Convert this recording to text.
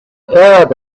arab